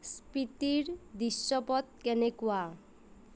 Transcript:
স্পিতিৰ দৃশ্যপট কেনেকুৱা